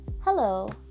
Hello